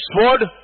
sword